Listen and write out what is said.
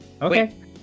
Okay